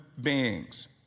beings